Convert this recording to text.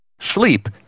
sleep